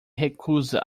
recusa